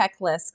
checklist